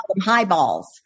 highballs